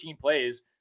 plays